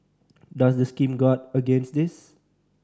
does the scheme guard against this